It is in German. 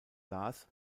las